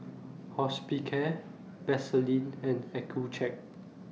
Hospicare Vaselin and Accucheck